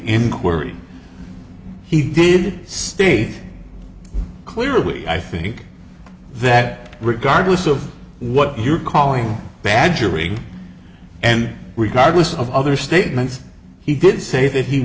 inquiry he did state clearly i think that regardless of what you're calling badgering and regardless of other statements he did say that he